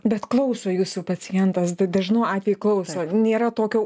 bet klauso jūsų pacientas dažnu atveju klauso nėra tokio